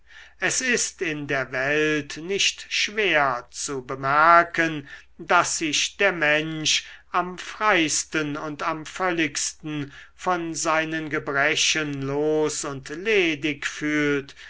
es ist in der welt nicht schwer zu bemerken daß sich der mensch am freisten und am völligsten von seinen gebrechen los und ledig fühlt